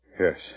Yes